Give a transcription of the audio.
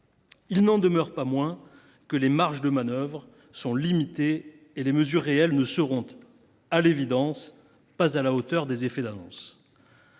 il n’en demeure pas moins que les marges de manœuvre sont limitées et que les mesures réelles ne seront à l’évidence pas à la hauteur des effets d’annonce.